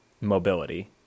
mobility